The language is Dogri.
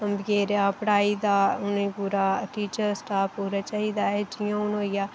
उंदी पढ़ाई दा उ'नेंगी पूरा टीचर स्टाफ पूरा चाहिदा ऐ जियां हून होई गेआ